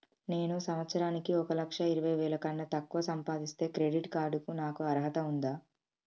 నేను సంవత్సరానికి ఒక లక్ష ఇరవై వేల కన్నా తక్కువ సంపాదిస్తే క్రెడిట్ కార్డ్ కు నాకు అర్హత ఉందా?